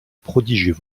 prodigieux